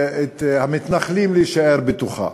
המתנחלים להישאר בתוכה,